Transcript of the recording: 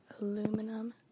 Aluminum